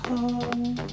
Home